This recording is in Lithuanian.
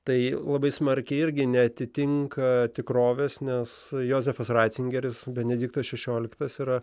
tai labai smarkiai irgi neatitinka tikrovės nes jozefas ratzingeris benediktas šešioliktas yra